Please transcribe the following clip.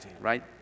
right